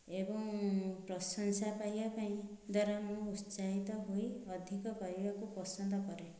ଏବଂ ପ୍ରଶଂସା ପାଇବା ପାଇଁ ଦ୍ୱାରା ମୁଁ ଉତ୍ସାହିତ ହୋଇ ଅଧିକ ପାଇବାକୁ ପସନ୍ଦ କରେ